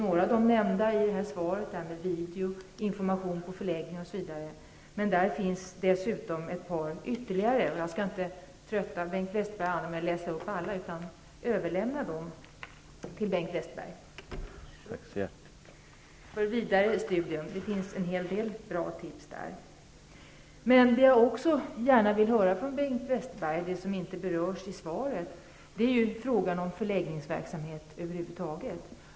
Några nämns i svaret, t.ex. video och information på förläggningar. Det finns ytterligare exempel. Jag skall inte trötta Bengt Westerberg och andra med att läsa upp allt som står här. I stället ber jag att få överlämna det här materialet till Bengt Westerberg för vidare studium. Det finns en hel del bra tips där. Jag vill också gärna höra Bengt Westerberg säga något om förläggningsverksamheten över huvud taget. Den frågan berörs inte i svaret.